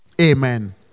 Amen